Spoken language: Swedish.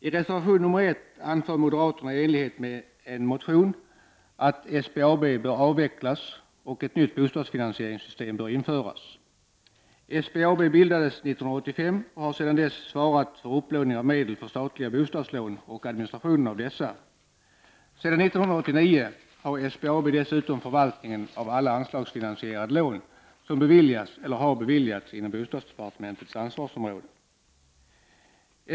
I reservation nr 1 anför moderaterna i enlighet med motionen att SBAB bör avvecklas och att ett nytt bostadsfinansieringssystem bör införas. SBAB bildades 1985 och har sedan dess svarat för upplåning av medel för statliga bostadslån och administrationen av dessa. Sedan 1989 handhar SBAB dessutom förvaltningen av alla anslagsfinansierade lån som beviljas eller har beviljats inom bostadsdepartementets ansvarsområde.